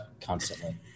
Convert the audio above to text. constantly